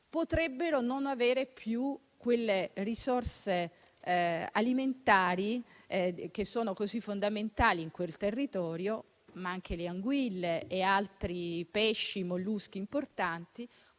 potrebbero non avere più quelle risorse alimentari che sono così fondamentali in quel territorio (ma anche le anguille e altri pesci e molluschi importanti)